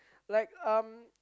like um